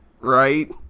right